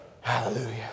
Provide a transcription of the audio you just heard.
Hallelujah